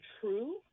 true